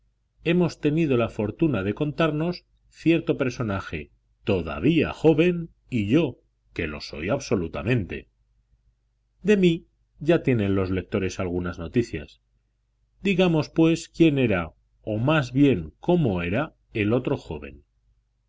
hemos tenido la fortuna de contarnos cierto personaje todavía joven y yo que lo soy absolutamente de mí ya tienen los lectores algunas noticias digamos pues quién era o más bien cómo era el otro joven